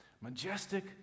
majestic